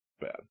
bad